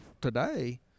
today